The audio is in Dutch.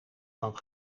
van